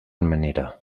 manera